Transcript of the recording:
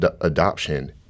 adoption